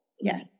Yes